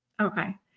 Okay